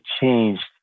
changed